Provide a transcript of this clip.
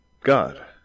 God